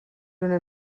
una